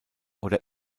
oder